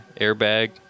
Airbag